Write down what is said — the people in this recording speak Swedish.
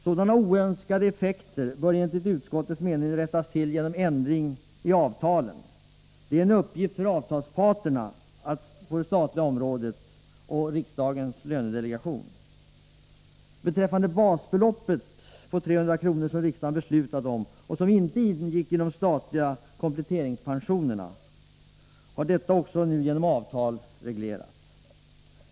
Sådana oönskade effekter bör enligt utskottets mening rättas till genom ändring i avtalen. Det är en uppgift för avtalsparterna på det statliga området och riksdagens lönedelegation. Beträffande basbeloppstillägget på 300 kr. som riksdagen beslutat om och som inte ingick i den statliga kompletteringspropositionen har detta genom avtal nu reglerats.